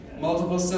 multiple